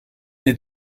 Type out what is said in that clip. est